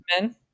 men